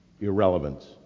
irrelevance